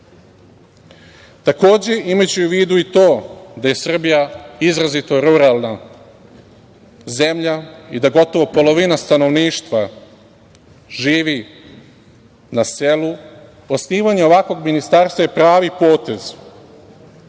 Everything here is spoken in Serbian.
imajući u vidu i to da je Srbija izrazito ruralna zemlja i da gotovo polovina stanovništva živi na selu, osnivanje ovakvog ministarstva je pravi potez. Inače,